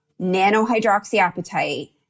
nanohydroxyapatite